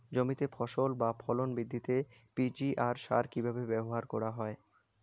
জমিতে ফসল বা ফলন বৃদ্ধিতে পি.জি.আর সার কীভাবে ব্যবহার করা হয়?